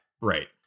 right